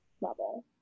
level